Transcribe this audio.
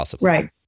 Right